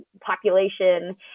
population